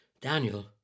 Daniel